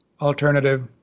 alternative